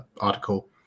article